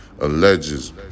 alleges